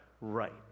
right